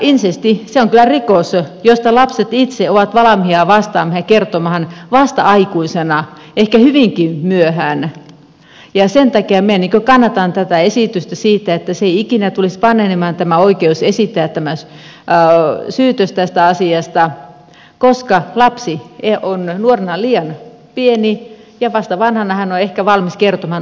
insesti on kyllä rikos josta lapset itse ovat valmiita vastaamaan ja kertomaan vasta aikuisina ehkä hyvinkin myöhään ja sen takia minä kannatan tätä esitystä siitä että ei ikinä tulisi vanhenemaan tämä oikeus esittää tämä syytös tästä asiasta koska lapsi on nuorena liian pieni ja vasta vanhana hän on ehkä valmis kertomaan onko se insesti oikeasti tapahtunut vai ei